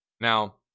now